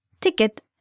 ticket